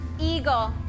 Eagle